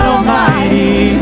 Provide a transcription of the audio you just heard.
Almighty